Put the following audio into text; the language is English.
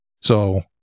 So-